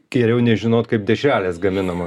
geriau nežinot kaip dešrelės gaminama